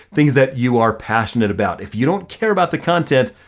things that you are passionate about. if you don't care about the content,